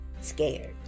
scared